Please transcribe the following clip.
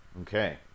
Okay